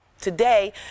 Today